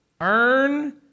earn